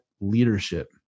leadership